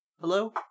hello